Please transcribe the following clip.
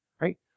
Right